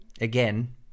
again